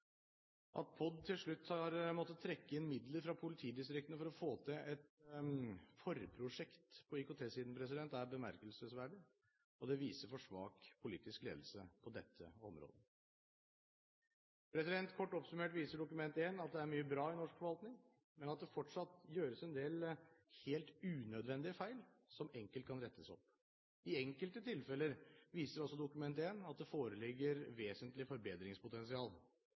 At POD til slutt har måttet trekke inn midler fra politidistriktene for å få til et forprosjekt på IKT-siden, er bemerkelsesverdig, og det viser for svak politisk ledelse på dette området. Kort oppsummert viser Dokument 1 at det er mye bra i norsk forvaltning, men at det fortsatt gjøres en del helt unødvendige feil som enkelt kan rettes opp. I enkelte tilfeller viser også Dokument 1 at det foreligger vesentlig forbedringspotensial.